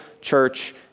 church